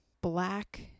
Black